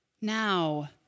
Now